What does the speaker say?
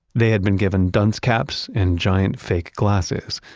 they had been given dunce caps and giant fake glasses,